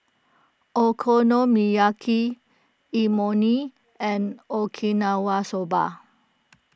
Okonomiyaki Imoni and Okinawa Soba